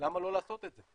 למה לא לעשות את זה.